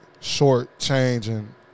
short-changing